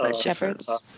shepherd's